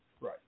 Right